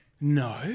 No